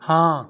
हाँ